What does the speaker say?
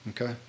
Okay